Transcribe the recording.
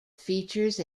features